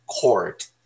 court